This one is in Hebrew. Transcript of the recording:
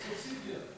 שתהיה סובסידיה.